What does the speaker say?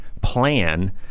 plan